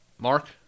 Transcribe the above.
Mark